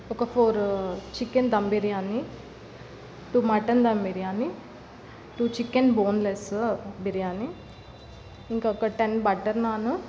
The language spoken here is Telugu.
ఒక four chicken dum biryani two mutton dum biryani two chicken boneless biryani ఇంక ఒక టెన్ బట్టర్ నాన్